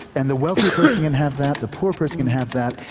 and the wealthy person can have that, the poor person can have that.